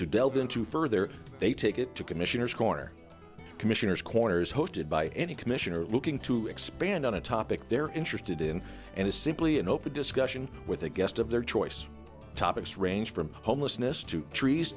to delve into further they take it to commissioners corner commissioners corners hosted by any commission are looking to expand on a topic they're interested in and it's simply an open discussion with a guest of their choice topics ranged from homelessness to trees